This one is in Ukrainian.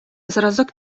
зразок